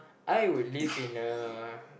I would live in a